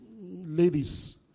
ladies